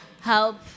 help